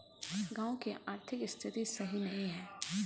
गाँव की आर्थिक स्थिति सही नहीं है?